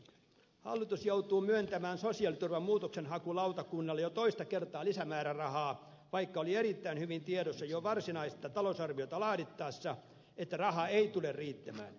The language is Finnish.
hallitus joutuu myöntämään sosiaaliturvan muutoksenhakulautakunnalle jo toista kertaa lisämäärärahaa vaikka oli erittäin hyvin tiedossa jo varsinaista talousarviota laadittaessa että raha ei tule riittämään